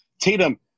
Tatum